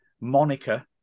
moniker